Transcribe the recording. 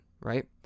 right